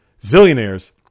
zillionaires